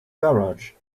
garage